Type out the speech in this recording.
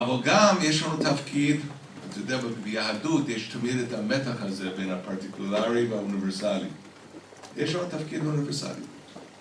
‫אבל גם יש לנו תפקיד, אתה יודע, ‫ביהדות יש תמיד את המתח הזה ‫בין הפרטיקולרי והאוניברסלי. ‫יש לנו תפקיד אוניברסלי.